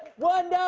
one!